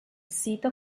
sito